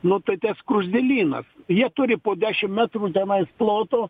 nu tai ten skruzdėlynas jie turi po dešim metrų tenais ploto